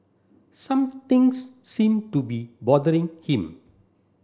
somethings seem to be bothering him